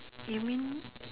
you mean